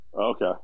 Okay